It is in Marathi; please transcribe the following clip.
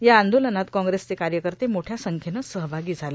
या आंदोलनात काँग्रेसचे कायकत मोठया संख्येने सहभागी झाले